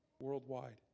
worldwide